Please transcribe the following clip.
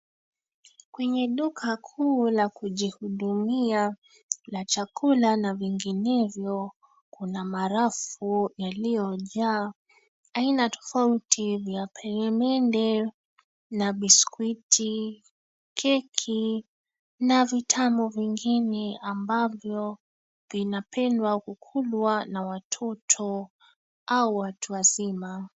Kwenye duka kuu la kujihudumia la chakula na vinginevyo, kuna marafu yaliyojaa aina tofauti vya peremende na biskuti, keki na vitamu vingine ambavyo vinapendwa kukulwa na watoto au watu wazima.